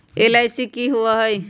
LIC की होअ हई?